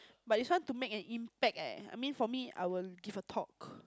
but this one to make an impact eh I mean for me I will give a talk